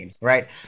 Right